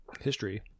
history